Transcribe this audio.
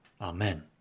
Amen